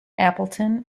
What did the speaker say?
appleton